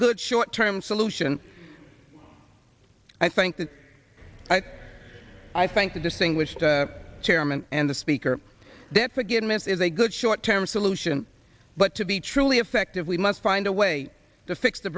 good short term solution i think that i thank the distinguished chairman and the speaker that forgiveness is a good short term solution but to be truly effective we must find a way to fix the